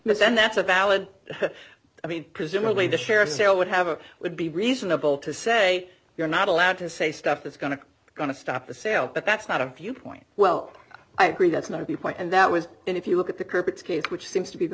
and that's a valid i mean presumably the sheriff's sale would have a would be reasonable to say you're not allowed to say stuff that's going to going to stop the sale but that's not a viewpoint well i agree that's not the point and that was and if you look at the curb its case which seems to be the